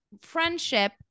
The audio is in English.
friendship